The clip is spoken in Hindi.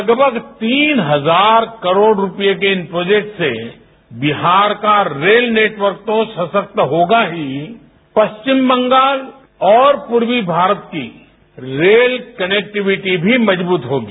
लगभग तीन हजार करोड रुपये के इन प्रोजेक्ट्स से बिहार का रेल नेटवर्क तो सशक्त होगा ही पश्चिम बंगाल और पूर्वी भारत की रेल कनेक्टिविटी भी मजबूत होगी